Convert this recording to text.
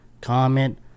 comment